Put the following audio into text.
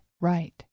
right